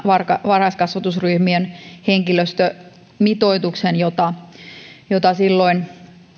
varhaiskasvatusryhmien henkilöstömitoituksen jota jota silloin